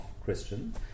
Christian